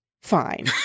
fine